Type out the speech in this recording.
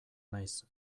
naiz